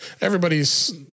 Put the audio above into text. everybody's